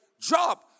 job